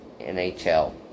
NHL